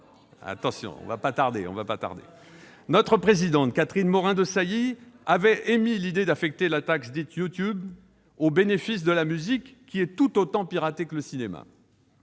ces dernières années. Notre présidente, Catherine Morin-Desailly, avait émis l'idée d'affecter la taxe dite « YouTube » au bénéfice de la musique, qui est tout autant piratée que le cinéma.